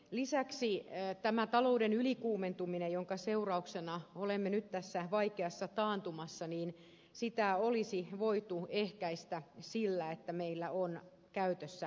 lisäksi tätä talouden ylikuumentumista jonka seurauksena olemme nyt tässä vaikeassa taantumassa olisi voitu ehkäistä sillä että meillä on käytössä varainsiirtovero